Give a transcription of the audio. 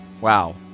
Wow